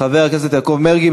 חבר הכנסת יעקב מרגי.